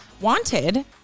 wanted